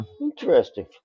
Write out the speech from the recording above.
Interesting